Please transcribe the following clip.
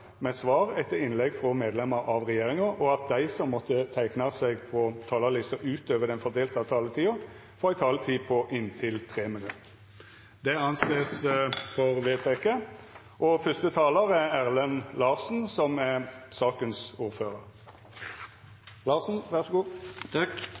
med svar etter innlegg fra medlemmer av regjeringen, og at de som måtte tegne seg på talerlisten utover den fordelte taletid, får en taletid på inntil 3 minutter. – Det anses